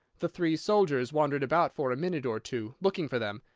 the three soldiers wandered about for a minute or two, looking for them,